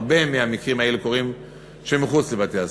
הרבה מהמקרים האלה קורים כשהם מחוץ לבתי-הספר.